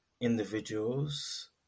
individuals